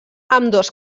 ambdós